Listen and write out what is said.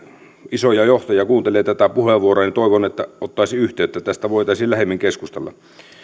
isoista johtajista kuuntelee tätä puheenvuoroa niin toivon että ottaisi yhteyttä tästä voitaisiin lähemmin keskustella